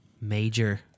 Major